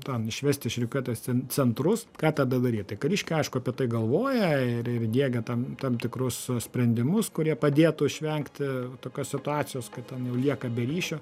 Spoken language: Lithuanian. ten išvest iš rikiuotės cen centrus ką tada daryt kariškiai aišku apie tai galvoja ir ir diegia tam tam tikrus sprendimus kurie padėtų išvengti tokios situacijos kad ten jau lieka be ryšio